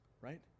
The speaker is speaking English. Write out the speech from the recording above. right